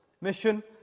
mission